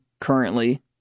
currently